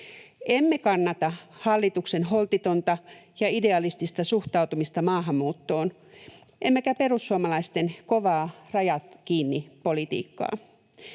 Emme kannata hallituksen holtitonta ja idealistista suhtautumista maahanmuuttoon emmekä perussuomalaisten kovaa ”rajat kiinni” -politiikkaa.